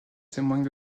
témoignent